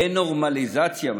אין נורמליזציה מספיק.